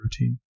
routine